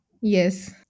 Yes